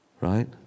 right